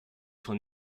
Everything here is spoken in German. von